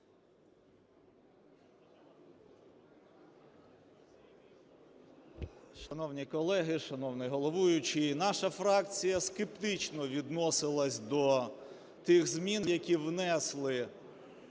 Шановні колеги, шановний головуючий! Наша фракція скептично відносилась до тих змін, які внесли